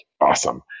awesome